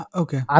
okay